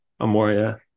Amoria